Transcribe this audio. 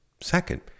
Second